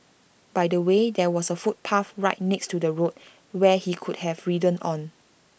by the way there was A footpath right next to the road where he could have ridden on